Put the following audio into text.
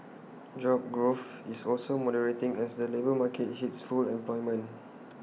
job growth is also moderating as the labour market hits full employment